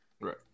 Right